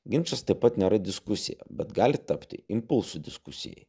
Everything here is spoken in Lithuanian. ginčas taip pat nėra diskusija bet gali tapti impulsu diskusijai